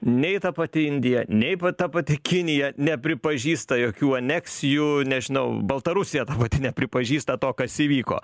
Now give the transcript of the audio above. nei ta pati indija nei ta pati kinija nepripažįsta jokių aneksijų nežinau baltarusija ta pati nepripažįsta to kas įvyko